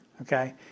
okay